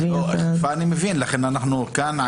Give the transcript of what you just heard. אכיפה אני מבין, לכן אנחנו כאן.